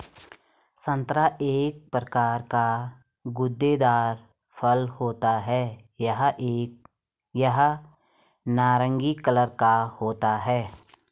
संतरा एक प्रकार का गूदेदार फल होता है यह नारंगी कलर का होता है